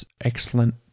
excellent